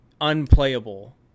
unplayable